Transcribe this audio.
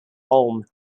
ulm